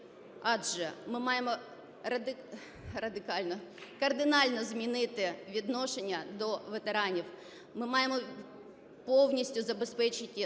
Адже ми маємо кардинально змінити відношення до ветеранів, ми маємо повністю забезпечити